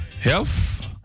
health